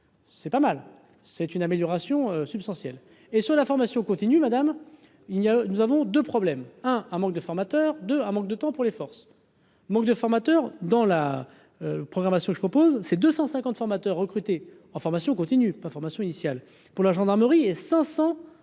C'est pas mal, c'est une amélioration substantielle et sur la formation continue Madame il n'y a, nous avons 2 problèmes, un manque de formateurs de un manque de temps pour les forces manque de formateurs dans la programmation, je propose, c'est 250 formateurs recrutés en formation continue pas formation initiale pour la gendarmerie et 500 pour